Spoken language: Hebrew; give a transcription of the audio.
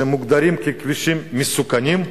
שמוגדרים ככבישים מסוכנים,